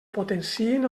potenciïn